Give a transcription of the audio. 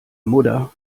mutter